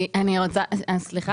סליחה.